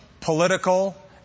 political